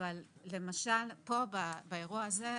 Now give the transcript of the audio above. אבל למשל פה באירוע זה,